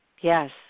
Yes